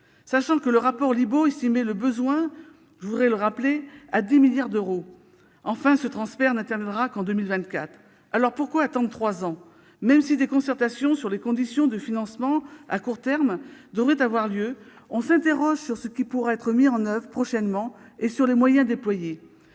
sachant que le rapport Libault estimait le besoin à 10 milliards d'euros ? Enfin, ce transfert n'interviendra qu'en 2024. Pourquoi attendre trois ans ? Même si des concertations sur les conditions de financement à court terme devraient avoir lieu, on s'interroge sur ce qui pourra être mis en oeuvre prochainement et sur les moyens déployés.